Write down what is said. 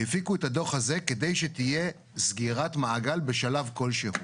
הפיקו את הדוח הזה כדי שתהיה סגירת מעגל בשלב כלשהו.